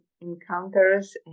encounters